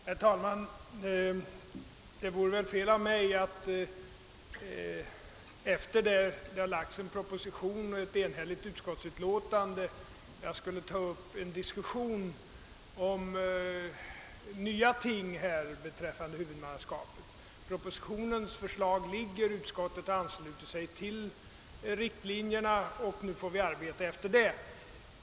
Herr talman! Det vore väl fel av mig att efter att det har lagts fram en proposition och ett enhälligt utskottsutlåtande ta upp en diskussion om nya ting beträffande huvudmannaskapet. Propositionens förslag ligger, utskottet har anslutit sig till riktlinjerna i den, och nu får vi arbeta efter dem.